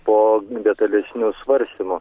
po detalesnių svarstymų